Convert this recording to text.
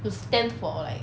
to stand for like